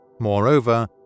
Moreover